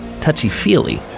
touchy-feely